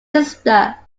sister